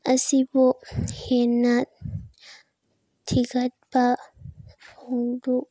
ꯑꯁꯤꯕꯨ ꯍꯦꯟꯅ ꯊꯤꯒꯠꯄ ꯐꯣꯡꯗꯣꯛꯏ